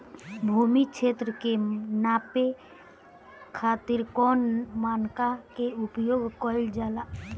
भूमि क्षेत्र के नापे खातिर कौन मानक के उपयोग कइल जाला?